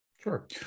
Sure